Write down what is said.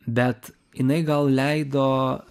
bet jinai gal leido